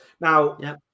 Now